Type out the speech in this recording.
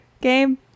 Game